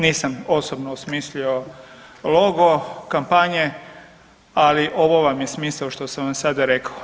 Nisam osobno osmislio logo kampanje, ali ovo vam je smisao što sam vam sada rekao.